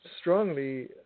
strongly